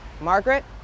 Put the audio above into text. Margaret